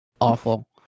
awful